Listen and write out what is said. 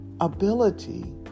ability